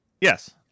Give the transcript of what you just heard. yes